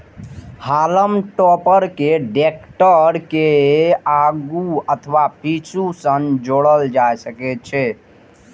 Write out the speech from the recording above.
हाल्म topper कें tractor के आगू अथवा पीछू सं जोड़ल जा सकै छै